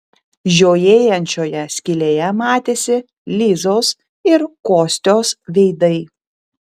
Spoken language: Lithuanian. žiojėjančioje skylėje matėsi lizos ir kostios veidai